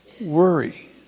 worry